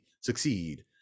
succeed